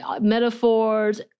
metaphors